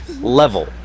level